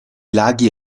laghi